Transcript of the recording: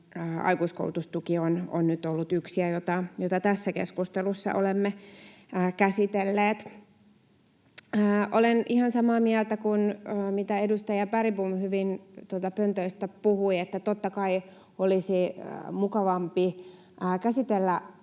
aikuiskoulutustuki on nyt ollut yksi, ja sitä tässä keskustelussa olemme käsitelleet. Olen ihan samaa mieltä kuin edustaja Bergbom hyvin tuolta pöntöstä puhui, että totta kai olisi mukavampi käsitellä